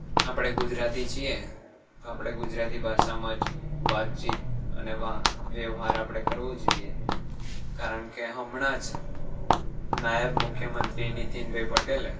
આપણે ગુજરાતી છીએ તો આપણે ગુજરાતી ભાષામાં જ વાતચીત અને વ્યવહાર આપણે કરવો જોઈએ કારણ કે હમણાં જ નાયબ મુખ્યમંત્રી નીતિનભાઈ પટેલે